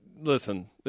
listen